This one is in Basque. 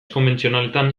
konbentzionaletan